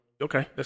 okay